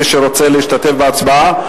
מי שרוצה להשתתף בהצבעה,